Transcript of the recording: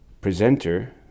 presenter